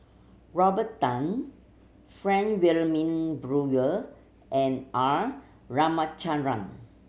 Robert Tan Frank Wilmin Brewer and R Ramachandran